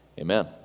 amen